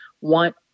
want